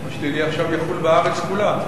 מס הכנסה שלילי יחול עכשיו בארץ כולה.